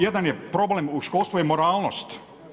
Jedan je problem u školstvu je moralnost.